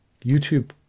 YouTube